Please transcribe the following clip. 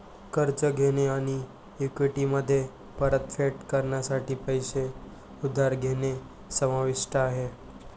कर्ज घेणे आणि इक्विटीमध्ये परतफेड करण्यासाठी पैसे उधार घेणे समाविष्ट आहे